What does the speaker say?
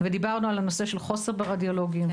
ודיברנו על הנושא של חוסר ברדיולוגים,